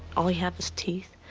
all we have is teeth?